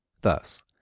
thus